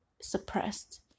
suppressed